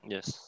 Yes